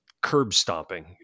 curb-stomping